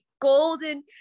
golden